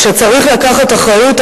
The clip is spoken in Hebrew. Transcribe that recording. כשצריך לקחת אחריות,